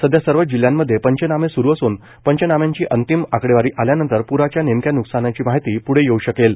सध्या सर्वच जिल्ह्यांमध्ये पंचनामे सुरू असून पंचनाम्याची अंतिम आकडेवारी आल्यानंतर प्राच्या नेमक्या न्कसानाची माहिती प्ढे येऊ शकेल